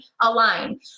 align